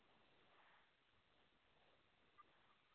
अच्छा हँ सिखाय देबै कोइ दिक्कत नै छै मैथिलीमे